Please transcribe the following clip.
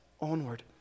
onward